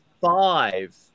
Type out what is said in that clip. five